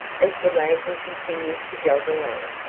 as the wagon continued to jog along.